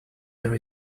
there